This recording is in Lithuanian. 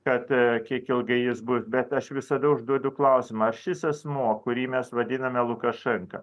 kad kiek ilgai jis bus bet aš visada užduodu klausimą ar šis asmuo kurį mes vadiname lukašenka